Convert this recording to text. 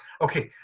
Okay